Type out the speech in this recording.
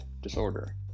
disorder